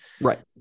Right